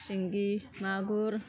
सिंगि मागुर